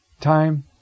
time